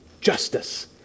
justice